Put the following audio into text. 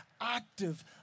active